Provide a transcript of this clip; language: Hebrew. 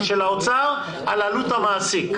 האוצר על עלות המעסיק,